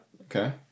Okay